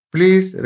Please